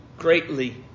greatly